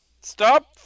Stop